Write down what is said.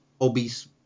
obese